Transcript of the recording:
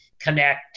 connect